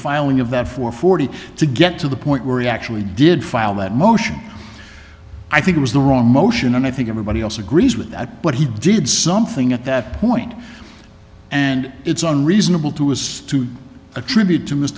filing of that for forty to get to the point where he actually did file that motion i think it was the wrong motion and i think everybody else agrees with that but he did something at that point and it's unreasonable to was to attribute to